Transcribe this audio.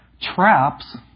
Traps